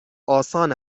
آسان